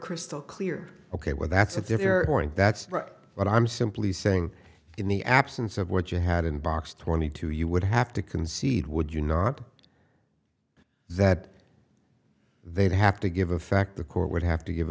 crystal clear ok well that's at their point that's what i'm simply saying in the absence of what you had in box twenty two you would have to concede would you not that they'd have to give a fact the court would have to give